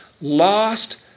lost